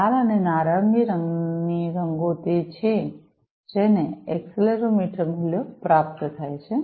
લાલ અને નારંગી રંગની રંગો તે છે જેને એક્સેલરોમીટર મૂલ્યો પ્રાપ્ત થાય છે